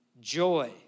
joy